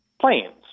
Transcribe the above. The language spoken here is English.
planes